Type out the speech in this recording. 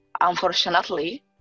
unfortunately